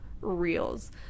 reels